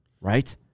right